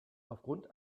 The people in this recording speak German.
aufgrund